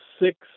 six